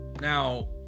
now